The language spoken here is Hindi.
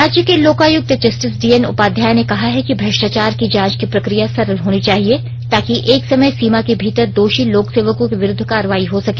राज्य के लोकायुक्त जस्टिस डीएन उपाध्याय ने कहा है कि भ्रष्टाचार की जांच की प्रक्रिया सरल होनी चाहिए ताकि एक समय सीमा के भीतर दोषी लोकसेवकों के विरुद्व कार्रवाई हो सके